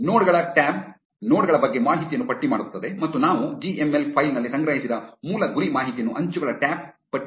ನೋಡ್ ಗಳ tab node ಗಳ ಬಗ್ಗೆ ಮಾಹಿತಿಯನ್ನು ಪಟ್ಟಿ ಮಾಡುತ್ತದೆ ಮತ್ತು ನಾವು ಜಿಎಂಎಲ್ ಫೈಲ್ ನಲ್ಲಿ ಸಂಗ್ರಹಿಸಿದ ಮೂಲ ಗುರಿ ಮಾಹಿತಿಯನ್ನು ಅಂಚುಗಳ ಟ್ಯಾಬ್ ಪಟ್ಟಿ ಮಾಡುತ್ತದೆ